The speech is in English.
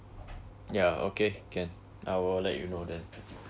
yeah okay can I will let you know then